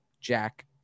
jack